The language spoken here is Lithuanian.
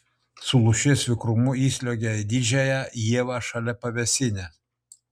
su lūšies vikrumu įsliuogė į didžiąją ievą šalia pavėsinės